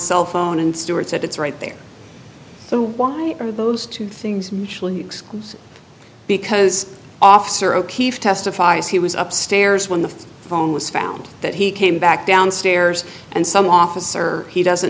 cell phone and stewart said it's right there so why are those two things because officer o'keefe testifies he was upstairs when the phone was found that he came back downstairs and some officer he doesn't